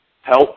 help